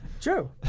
True